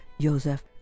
Joseph